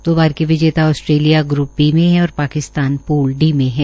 दो बार के विजेता आस्ट्रेलिया ग्र्प बी में है और पाकिस्तान प्ल डी में है